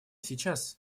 сейчас